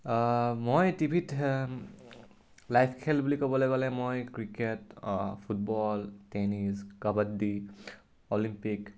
মই টিভিত লাইভ খেল বুলি ক'বলৈ গ'লে মই cricket football tennis kabaddi Olympic